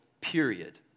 period